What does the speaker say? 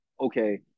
okay